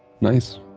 Nice